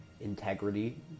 integrity